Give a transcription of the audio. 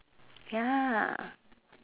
ya